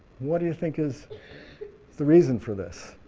what do you think is the reason for this?